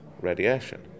radiation